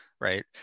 right